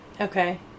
Okay